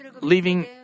leaving